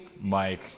Mike